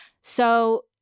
So-